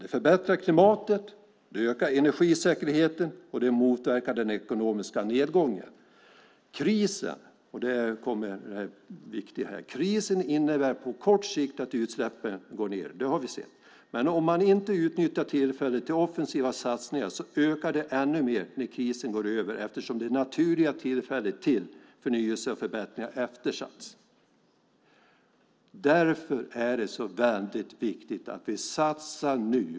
De förbättrar klimatet, ökar energisäkerheten och motverkar den ekonomiska nedgången. Det här är viktigt: Krisen innebär på kort sikt att utsläppen går ned. Det har vi sett. Men om man inte utnyttjar tillfället till offensiva satsningar ökar de ännu mer när krisen går över, eftersom det naturliga tillfället till förnyelse och förbättringar eftersatts. Därför är det så väldigt viktigt att vi satsar nu.